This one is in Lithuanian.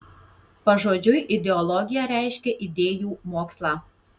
pažodžiui ideologija reiškia idėjų mokslą